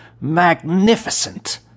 Magnificent